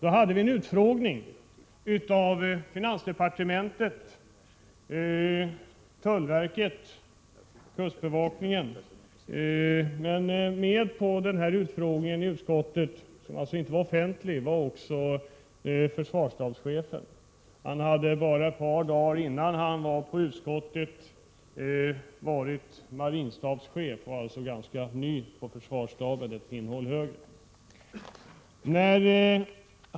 Vi hade en utfrågning av finansdepartementet, tullverket och kustbevakningen. Med på denna utfrågning i utskottet, som inte var offentlig, var också försvarsstabschefen. Han hade bara ett par dagar tidigare varit marinstabsschef— och var således nästan ny på försvarsstaben, ett pinnhål högre.